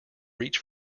reach